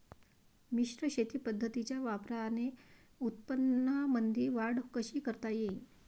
मिश्र शेती पद्धतीच्या वापराने उत्पन्नामंदी वाढ कशी करता येईन?